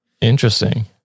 interesting